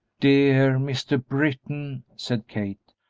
dear mr. britton, said kate,